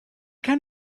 kind